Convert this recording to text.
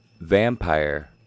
vampire